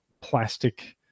plastic